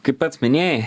kaip pats minėjai